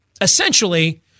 Essentially